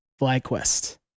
FlyQuest